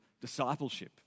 discipleship